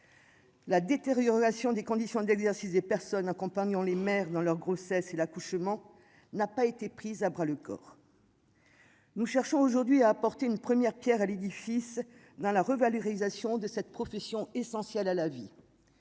La détérioration des conditions d'exercice des personnes accompagnant les maires dans leur grossesse et l'accouchement n'a pas été pris à bras le corps. Nous cherchons aujourd'hui à apporter une première Pierre à l'édifice dans la rue, Valérie. Sont de cette profession essentielle à la vie,